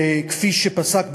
שכפי שפסק בית-המשפט,